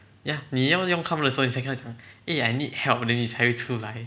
ya 你要用他们的时候你猜会跟他们讲 eh I need help then 你才会出来